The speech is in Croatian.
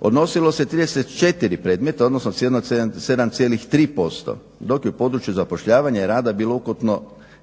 odnosilo se 34 predmeta, odnosno 7,3%, dok je u području zapošljavanja i rada bilo ukupno